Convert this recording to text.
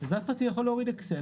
אני שואל אותך בכנות,